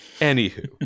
anywho